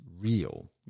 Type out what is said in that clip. real